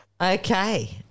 Okay